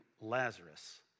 Lazarus